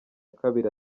kabiri